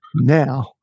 now